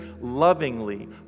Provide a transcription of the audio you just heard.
lovingly